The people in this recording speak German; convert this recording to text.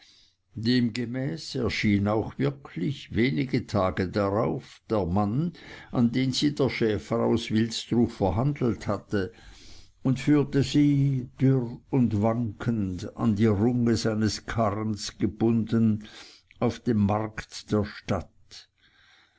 demgemäß erschien auch wirklich wenige tage darauf der mann an den sie der schäfer aus wilsdruf verhandelt hatte und führte sie dürr und wankend an die runge seines karrens gebunden auf den markt der stadt